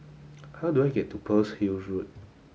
how do I get to Pearl's Hill Road